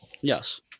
Yes